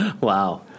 Wow